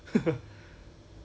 trou~ headache right